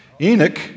Enoch